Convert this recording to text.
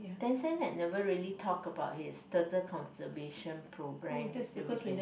Danson had never really talk about his turtle conversation program the weekend